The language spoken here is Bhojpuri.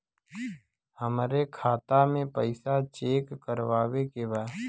हमरे खाता मे पैसा चेक करवावे के बा?